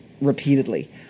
repeatedly